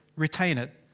retain it.